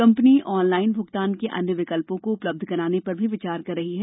company online भूगतान के अन्य विकल्पों को उपलब्ध कराने पर भी विचार कर रही है